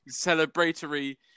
celebratory